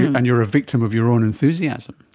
and you are a victim of your own enthusiasm.